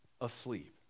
asleep